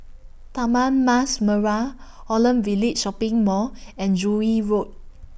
Taman Mas Merah Holland Village Shopping Mall and Joo Yee Road